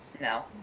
No